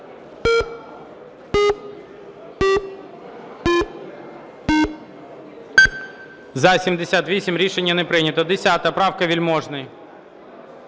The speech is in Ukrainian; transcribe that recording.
За-78 Рішення не прийнято. 10 правка. Вельможний.